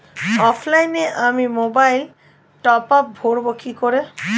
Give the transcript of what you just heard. অফলাইনে আমি মোবাইলে টপআপ ভরাবো কি করে?